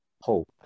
hope